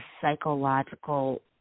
psychological